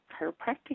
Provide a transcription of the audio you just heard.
chiropractic